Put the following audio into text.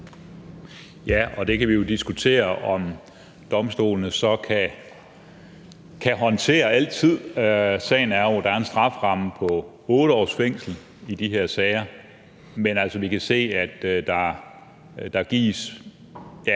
(DF): Det kan vi jo diskutere om domstolene altid kan håndtere. Sagen er jo, at der er en strafferamme på 8 års fængsel i de her sager, men altså, vi kan se, at der gives